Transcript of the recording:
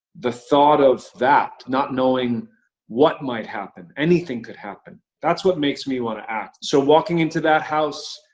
the thought of that, not knowing what might happen, anything could happen, that's what makes me want to act. so walking into that house,